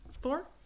Four